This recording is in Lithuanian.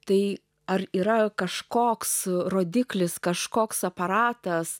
tai ar yra kažkoks rodiklis kažkoks aparatas